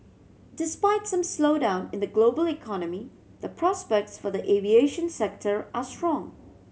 despite some slowdown in the global economy the prospects for the aviation sector are strong